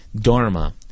Dharma